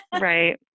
Right